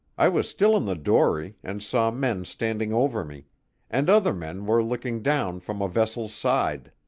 i was still in the dory, and saw men standing over me and other men were looking down from a vessel's side.